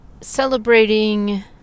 Celebrating